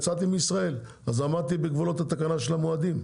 יצאתי מישראל ועמדתי בגבולות התקנה של המועדים.